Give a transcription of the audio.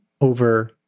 over